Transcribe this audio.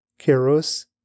Keros